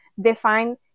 define